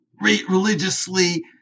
religiously